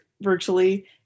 virtually